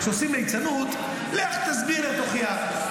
כשעושים ליצנות, לך תסביר, תוכיח.